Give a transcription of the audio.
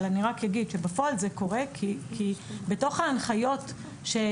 אבל אני רק אגיד שבפועל זה קורה כי בתוך ההנחיות שניתנות